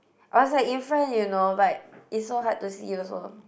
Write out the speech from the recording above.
I was like in front you know but it's so hard to see also